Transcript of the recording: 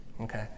okay